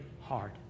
hard